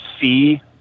see